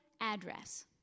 address